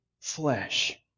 flesh